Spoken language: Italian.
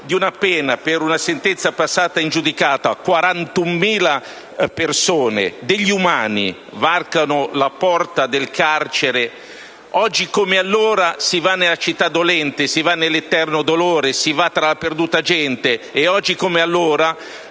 di una pena per una sentenza passata in giudicato (41.000 persone), degli umani varcano la porta del carcere? Oggi come allora si va nella città dolente, si va nell'eterno dolore, si va tra la perduta gente; e oggi come allora